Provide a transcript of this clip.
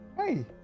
Hey